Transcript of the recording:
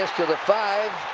to the five.